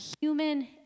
human